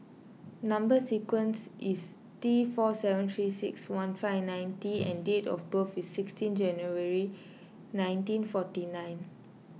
Number Sequence is T four seven three six one five nine T and date of birth is sixteen January nineteen forty nine